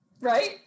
Right